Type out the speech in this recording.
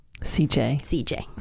CJ